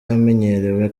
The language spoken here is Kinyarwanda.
amenyerewe